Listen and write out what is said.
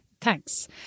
Thanks